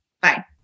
Bye